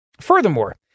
Furthermore